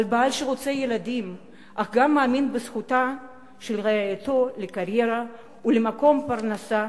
בעל שרוצה ילדים אך גם מאמין בזכותה של רעייתו לקריירה ולמקור פרנסה,